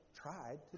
tried